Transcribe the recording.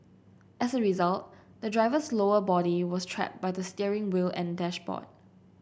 as a result the driver's lower body was trapped by the steering wheel and dashboard